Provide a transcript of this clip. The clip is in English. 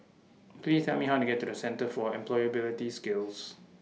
Please Tell Me How to get to The Centre For Employability Skills